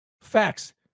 facts